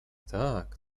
tak